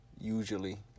usually